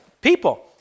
People